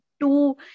two